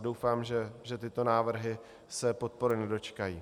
Doufám, že tyto návrhy se podpory nedočkají.